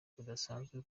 budasanzwe